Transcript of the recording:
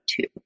two